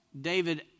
David